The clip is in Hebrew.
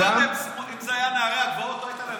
אם זה היה נערי הגבעות, לא הייתה להם בעיה.